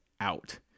out